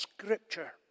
Scripture